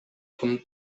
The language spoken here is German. von